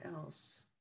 else